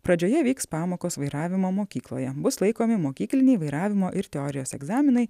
pradžioje vyks pamokos vairavimo mokykloje bus laikomi mokykliniai vairavimo ir teorijos egzaminai